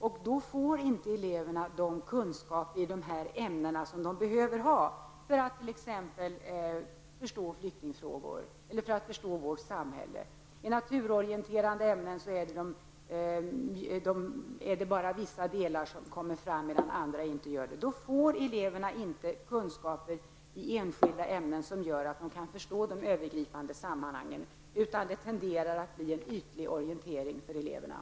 Eleverna får då inte den kunskap i dessa ämnen som de behöver för att förstå t.ex. flyktingfrågor eller vårt samhälle. När det gäller de naturorienterande ämnena är det bara vissa delar som förs fram. Eleverna får då inte den kunskap i enskilda ämnen som gör att de kan förstå de övergripande sammanhangen, utan elevernas orientering tenderar att bli ytlig.